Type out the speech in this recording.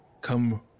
come